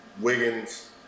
Wiggins